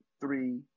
three